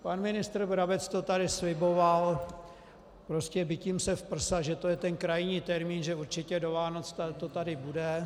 Pan ministr Brabec to tady sliboval bitím se v prsa, že to je ten krajní termín, že určitě do Vánoc to tady bude.